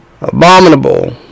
Abominable